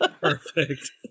perfect